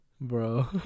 Bro